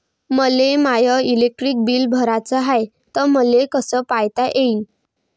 मले माय electric bill भराचं हाय, ते मले कस पायता येईन?